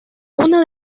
una